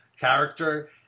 character